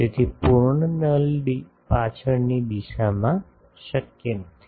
તેથી પૂર્ણ નલ પાછળની દિશામાં શક્ય નથી